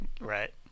Right